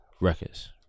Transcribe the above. records